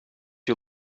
you